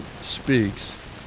speaks